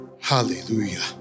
Hallelujah